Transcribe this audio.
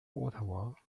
ottawa